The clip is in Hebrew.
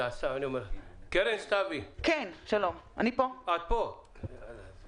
קרן סתוי, תודה שהגעת.